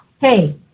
hey